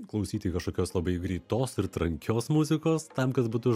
klausyti kažkokios labai greitos ir trankios muzikos tam kad būtų